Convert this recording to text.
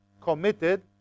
committed